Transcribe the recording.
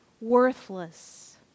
worthless